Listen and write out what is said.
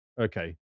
Okay